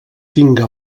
tinga